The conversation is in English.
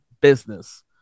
business